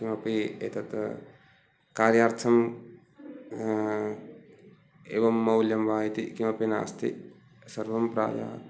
किमपि एतत् कार्यार्थं एवं मौल्यं वा इति किमपि नास्ति सर्वं प्रायः